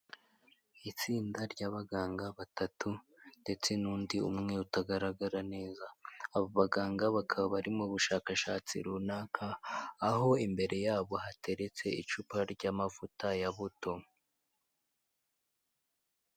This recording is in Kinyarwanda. Itsinda ry'abaganga batatu ndetse nundi umwe utagaragara neza, aba baganga bakaba bari mu bushakashatsi runaka, aho imbere yabo hateretse icupa ry'amavuta ya buto.